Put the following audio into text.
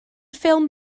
ffilm